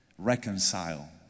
Reconcile